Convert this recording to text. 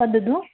वदतु